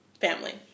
family